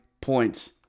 points